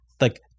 like-